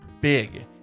big